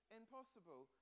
impossible